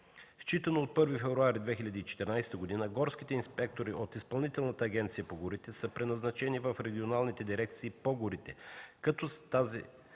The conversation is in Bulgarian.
Считано от 1 февруари 2014 г., горските инспектори от Изпълнителна агенция по горите са преназначени в регионалните дирекции по горите. С тази